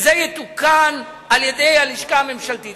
שזה יתוקן על-ידי הלשכה הממשלתית.